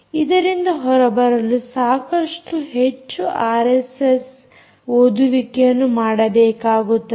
ಇದರಿಂದ ಹೊರಬರಲು ಸಾಕಷ್ಟು ಹೆಚ್ಚು ಆರ್ಎಸ್ಎಸ್ಐ ಓದುವಿಕೆಯನ್ನು ಮಾಡಬೇಕಾಗುತ್ತದೆ